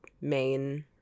main –